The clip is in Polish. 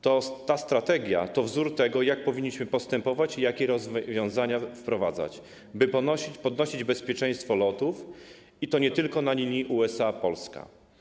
Ta strategia to wzór tego, jak powinniśmy postępować i jakie rozwiązania wprowadzać, by podnosić bezpieczeństwo lotów, i to nie tylko na linii USA - Polska.